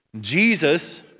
Jesus